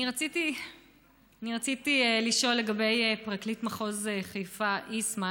אני רציתי לשאול לגבי פרקליט מחוז חיפה, אִיסמן.